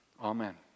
Amen